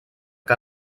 que